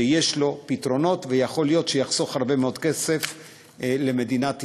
שיש לו פתרונות ויכול להיות שיחסוך הרבה מאוד כסף למדינת ישראל.